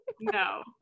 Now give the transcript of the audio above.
No